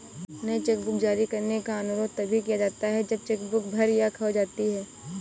नई चेकबुक जारी करने का अनुरोध तभी किया जाता है जब चेक बुक भर या खो जाती है